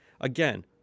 again